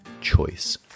choice